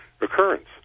occurrence